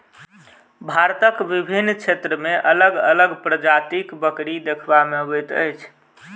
भारतक विभिन्न क्षेत्र मे अलग अलग प्रजातिक बकरी देखबा मे अबैत अछि